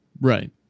Right